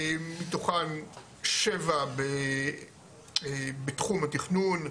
מתוכן שבע בתחום התכנון,